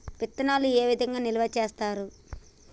విత్తనాలు ఏ విధంగా నిల్వ చేస్తారు?